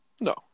No